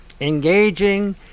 engaging